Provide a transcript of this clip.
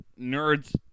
nerds